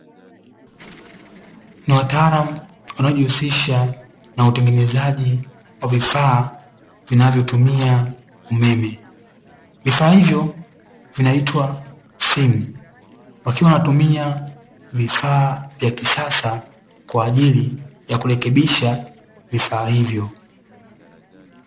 Ni wataalamu wanaojihusisha na utengenezaji wa vifaa vinavyotumia umeme. Vifaa hivyo vinaitwa simu, wakiwa wanatumia vifaa vya kisasa, kwa ajili ya kurekebisha vifaa hivyo.